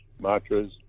Matras